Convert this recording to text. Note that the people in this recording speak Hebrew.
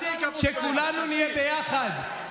שכולנו נהיה ביחד.